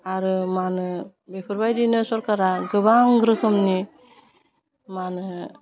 आरो मा होनो बेफोरबायदिनो सरकारा गोबां रोखोमनि मा होनो